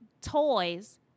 toys